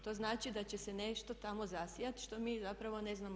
To znači da će se nešto tamo zasijati, što mi zapravo ne znamo.